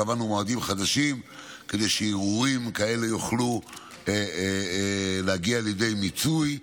קבענו מועדים חדשים כדי שערעורים כאלה יוכלו להגיע לידי מיצוי.